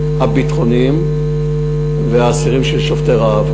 הביטחוניים והאסירים שהם שובתי רעב.